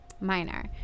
minor